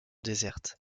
déserte